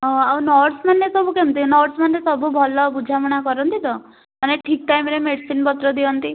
ହଁ ଆଉ ନର୍ସ ମାନେ ସବୁ କେମିତି ନର୍ସ ମାନେ ସବୁ ଭଲ ବୁଝାମଣା କରନ୍ତି ତ ମାନେ ଠିକ୍ ଟାଇମ୍ରେ ମେଡ଼ିସିନ ପତ୍ର ଦିଅନ୍ତି